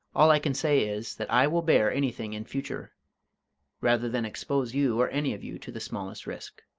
all i can say is, that i will bear anything in future rather than expose you or any of you to the smallest risk.